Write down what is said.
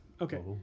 Okay